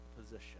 position